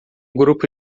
grupo